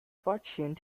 fortune